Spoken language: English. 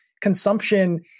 consumption